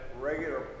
regular